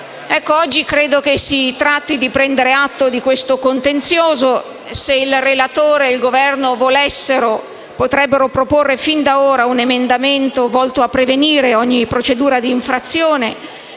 Oggi si tratta di prendere atto di questo contenzioso e, se il relatore e il Governo volessero, potrebbero presentare fin da ora un emendamento volto a prevenire ogni procedura di infrazione